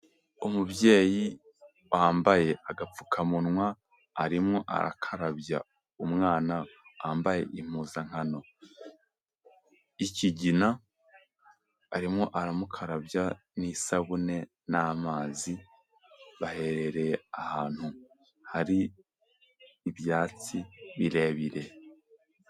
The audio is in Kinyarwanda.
Umubyeyi wambaye agapfukamunwa arimo arakarabya umwana wambaye impuzankano y'ikigina, arimo aramukarabya n'isabune n'amazi bahererereye ahantu hari ibyatsi birebire.